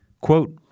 Quote